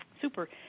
Super